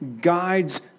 guides